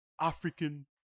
African